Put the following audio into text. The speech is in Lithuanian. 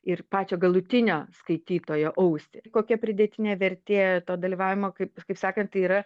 ir pačią galutinio skaitytojo ausį kokia pridėtinė vertė to dalyvavimo kaip kaip sakant tai yra